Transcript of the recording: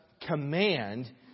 command